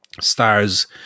Stars